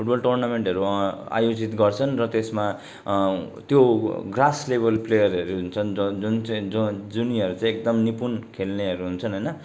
football टुर्नामेन्टहरू अ आयोजित गर्छन् र त्यसमा त्यो ग्रास लेभल प्लेयरहरू हुन्छन् जो जुन चाहिँ जुन जुनियर चाहिँ एकदम निपुण खेल्नेहरू हुन्छन् होइन